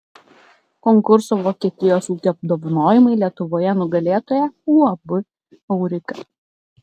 konkurso vokietijos ūkio apdovanojimai lietuvoje nugalėtoja uab aurika